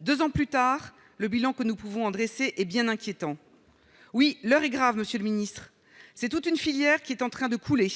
2 ans plus tard, le bilan que nous pouvons adresser hé bien inquiétant : oui, l'heure est grave, Monsieur le Ministre, c'est toute une filière qui est en train de couler,